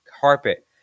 carpet